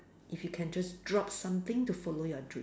if you can just drop something to follow your dream